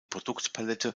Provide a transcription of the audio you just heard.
produktpalette